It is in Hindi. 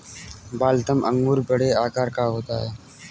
वाल्थम अंगूर बड़े आकार का होता है